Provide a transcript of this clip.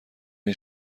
این